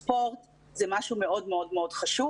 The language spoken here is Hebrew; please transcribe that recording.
ספורט זה משהו מאוד מאוד מאוד חשוב.